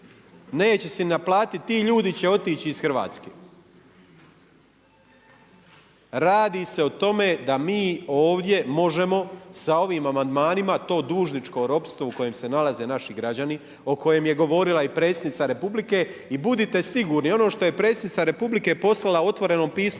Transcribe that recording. neće se ni naplatiti. Ti ljudi će otići iz Hrvatske. Radi se o tome da mi ovdje možemo sa ovim amandmanima to dužničko ropstvo u kojem se nalaze naši građani, o kojem je govorila i predsjednica Republike i budite sigurni ono što je predsjednica Republike poslala u otvorenom pismu